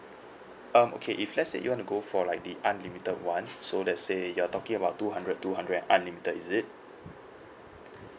um okay if let's say you wanna go for like the unlimited one so let's say you are talking about two hundred two hundred and unlimited is it